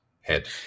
head